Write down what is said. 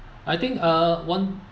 I think uh one